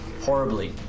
Horribly